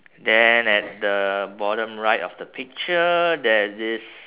then at the bottom right of the picture there's this